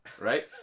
Right